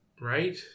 right